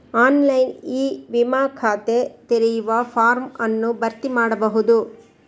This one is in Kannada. ಆನ್ಲೈನ್ ಇ ವಿಮಾ ಖಾತೆ ತೆರೆಯುವ ಫಾರ್ಮ್ ಅನ್ನು ಭರ್ತಿ ಮಾಡಬಹುದು